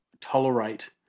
tolerate